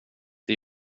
det